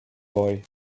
boy